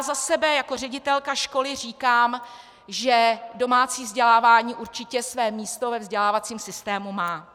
Za sebe jako ředitelka školy říkám, že domácí vzdělávání určitě své místo ve vzdělávacím systému má.